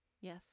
Yes